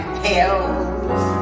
pills